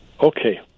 Okay